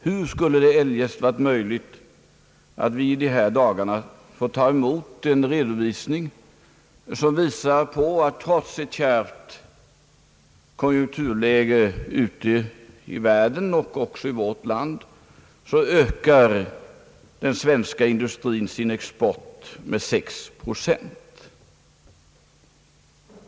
Hur skulle det eljest varit möjligt att vi de senaste dagarna fått ta emot en redovisning som klargör, att trots ett kärvt konjunkturläge ute i världen och även i vårt land ökar den svenska industrin sin export med 6 procent?